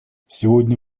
сегодня